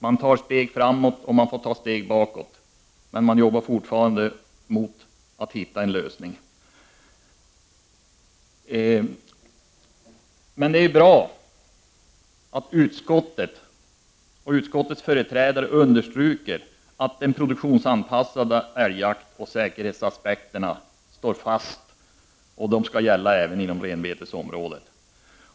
Man tar steg framåt och man får ta steg bakåt, men man jobbar fortfarande med att hitta en lösning. Det är bra att utskottet och utskottets företrädare understryker att vad som sagts om en produktionsanpassad älgjakt och säkerhetsaspekten står fast och att det skall gälla även inom renbetesområden.